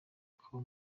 com